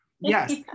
Yes